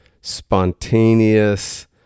spontaneous